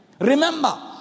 Remember